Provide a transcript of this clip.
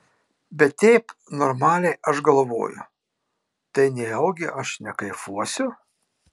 bet taip normaliai aš galvoju tai nejaugi aš nekaifuosiu